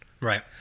Right